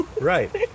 Right